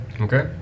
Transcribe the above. Okay